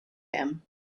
them